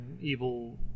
evil